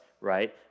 right